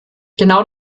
genau